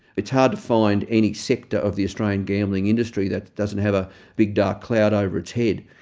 it's hard to find any sector of the australian gambling industry that doesn't have a big dark cloud over its head.